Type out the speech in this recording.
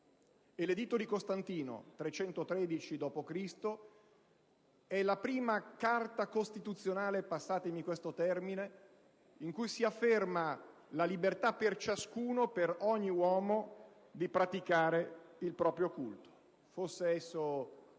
L'Editto di Costantino del 313 dopo Cristo è la prima Carta costituzionale ‑ passatemi questo termine - nella quale si afferma la libertà per ciascuno, per ogni uomo, di praticare il proprio culto, fosse esso